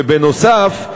ובנוסף,